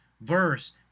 verse